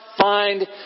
find